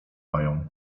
mają